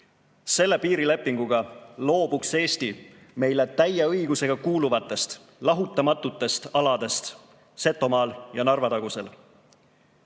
Selle piirilepinguga loobuks Eesti meile täie õigusega kuuluvatest lahutamatutest aladest Setomaal ja Narva-tagusel.